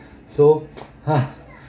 so ha